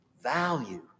value